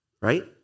Right